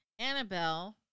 Annabelle